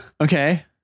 Okay